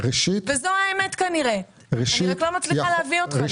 וזו האמת כנראה, אני רק לא מצליחה להביא אותך לזה.